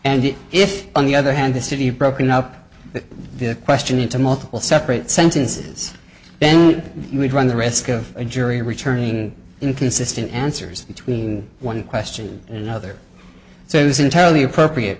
and if on the other hand the city broken up that the question into multiple separate sentences then you would run the risk of a jury returning inconsistent answers between one question and another so it is entirely appropriate